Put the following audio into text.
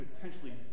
potentially